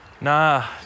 nah